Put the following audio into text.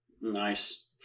Nice